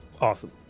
awesome